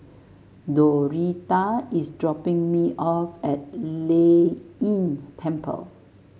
Doretha is dropping me off at Lei Yin Temple